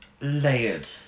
layered